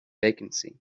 vacancy